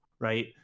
right